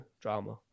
drama